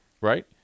right